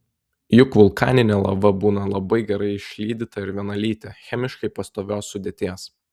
juk vulkaninė lava būna labai gerai išlydyta ir vienalytė chemiškai pastovios sudėties